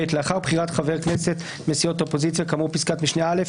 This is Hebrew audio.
(ב)לאחר בחירת חבר כנסת מסיעות האופוזיציה כאמור בפסקת משנה (א),